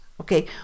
okay